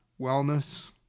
wellness